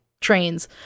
trains